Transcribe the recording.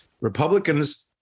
Republicans